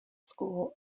school